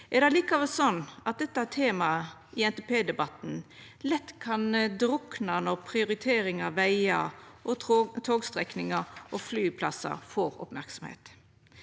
er det likevel slik at dette temaet i NTP-debatten lett kan drukna når prioritering av vegar, togstrekningar og flyplassar får merksemd.